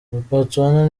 botswana